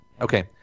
Okay